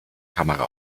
kamera